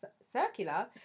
circular